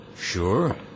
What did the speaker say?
sure